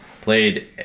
played